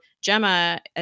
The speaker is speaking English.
Gemma